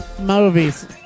movies